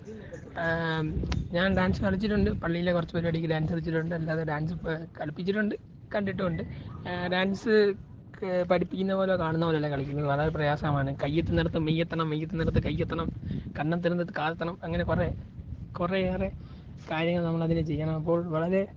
ഞാൻ ഡാൻസ് കളിച്ചിട്ടുണ്ട് പള്ളിയിലെ കുറച്ച് പരിപാടിക്ക് ഡാൻസ് കളിച്ചിട്ടുണ്ട് അല്ലാതെ ഡാൻസ് പാ കളിപ്പിച്ചിട്ടുണ്ട് കണ്ടിട്ടും ഉണ്ട് ഡാൻസ് ക് പഠിപ്പിക്കുന്നത് പോലെയോ കാണുന്നത് പോലെയോ അല്ല കളിക്കുന്നത് വളരെ പ്രയാസമാണ് കയ്യെത്തുന്നിടത്ത് മെയ്യെത്തണം മെയ്യെത്തുന്നിടത്ത് കയ്യെത്തണം കണ്ണെത്തുന്നിടത്ത് കാലെത്തണം അങ്ങനെ കുറേ കുറേ ഏറെ കാര്യങ്ങൾ നമ്മൾ അതിന് ചെയ്യണം അപ്പോൾ വളരെ